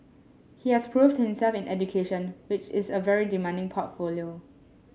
he has proved himself in education which is a very demanding portfolio